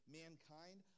mankind